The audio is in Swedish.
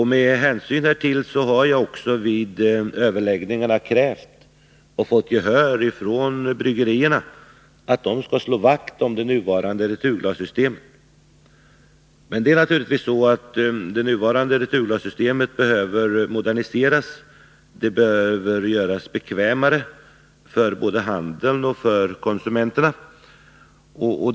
Med hänsyn härtill har jag också vid överläggningarna krävt och fått gehör från bryggerierna att de skall slå vakt om det nuvarande returglassystemet. Men det är naturligtvis så att det nuvarande returglassystemet behöver moderniseras. Det behöver göras bekvämare för både handeln och konsumenterna.